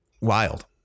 Wild